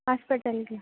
హాస్పిటల్కి